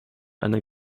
einer